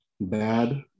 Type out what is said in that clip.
bad